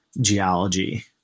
geology